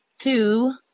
Two